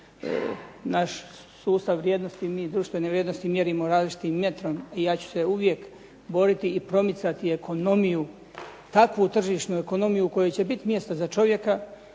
naš sustav vrijednosti, mi društvene vrijednosti mjerimo različitim metrom i ja ću se uvijek boriti i promicati ekonomiju, takvu tržišnu ekonomiju u kojoj će biti mjesta za čovjeka,